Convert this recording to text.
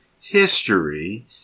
History